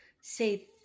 say